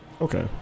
Okay